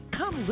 Come